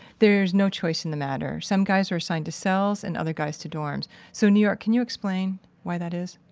there is no choice in the matter. some guys are assigned to cells and other guys to dorms so new york, can you explain why that is?